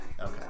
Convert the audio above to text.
Okay